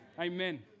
Amen